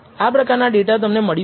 આ પ્રકારના ડેટા તમને મળી શકે